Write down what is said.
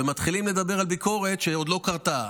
ומתחילים לדבר על ביקורת שעוד לא קרתה,